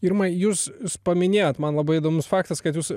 irma jūs paminėjot man labai įdomus faktas kad jūs